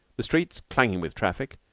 the streets clanging with traffic,